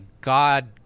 God